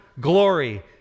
glory